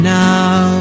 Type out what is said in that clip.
now